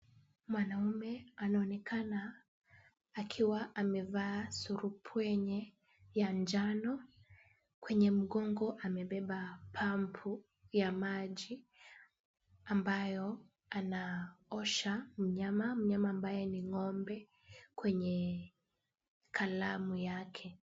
Mwanaume anaonekana akiwa amevaa surupwenye[cs) ya njano, kwenye mgongo amebeba pampu ya maji ambayo anaosha mnyama, mnyama ambaye ni ng'ombe kwenye kalamu yake.